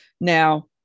Now